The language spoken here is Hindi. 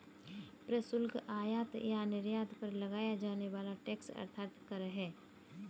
प्रशुल्क, आयात या निर्यात पर लगाया जाने वाला टैक्स अर्थात कर है